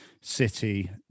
city